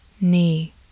knee